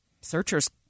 searchers